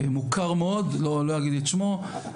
הוא מוכר מאוד, לא אגיד את שמו.